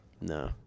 No